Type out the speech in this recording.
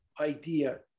idea